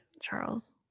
Charles